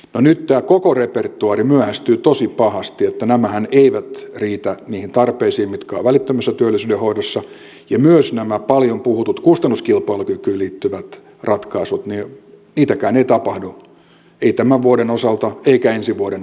no nyt tämä koko repertuaari myöhästyi tosi pahasti niin että nämähän eivät riitä niihin tarpeisiin mitkä ovat välittömässä työllisyyden hoidossa ja myöskään näitä paljon puhuttuja kustannuskilpailukykyyn liittyviä ratkaisuja ei tapahdu ei tämän vuoden osalta eikä ensi vuoden osalta